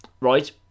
right